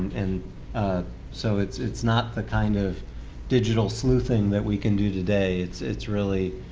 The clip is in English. and so it's it's not the kind of digital sleuthing that we can do today. it's it's really